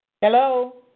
Hello